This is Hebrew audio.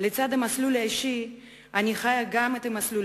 לצד המסלול האישי אני חיה גם את המסלול